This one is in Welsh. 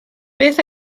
beth